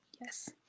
yes